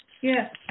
Yes